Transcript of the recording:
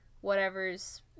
whatever's